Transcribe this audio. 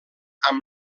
amb